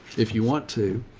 if you want to,